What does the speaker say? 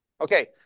Okay